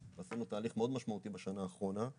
עשינו תהליך מאוד משמעותי בשנה האחרונה.